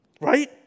Right